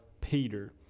peter